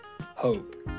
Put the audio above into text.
hope